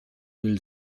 will